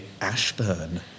Ashburn